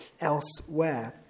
elsewhere